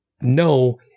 no